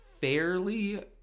fairly